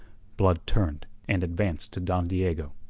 blood turned, and advanced to don diego.